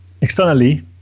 externally